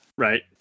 Right